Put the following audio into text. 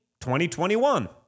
2021